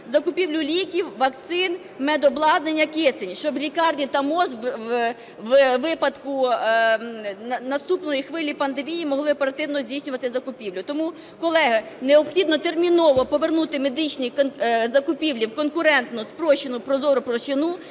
закупівлю ліків, вакцин, медобладнання, кисню, щоб лікарні та МОЗ у випадку наступної хвилі пандемії могли оперативно здійснювати закупівлю. Тому, колеги, необхідно терміново повернути медичні закупівлі в конкурентну, спрощену, прозору площину.